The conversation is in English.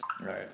Right